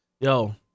Yo